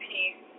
Peace